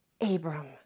Abram